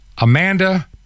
Amanda